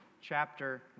chapter